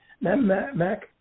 Mac